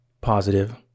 positive